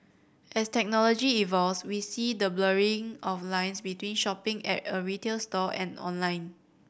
as technology evolves we see the blurring of lines between shopping at a retail store and online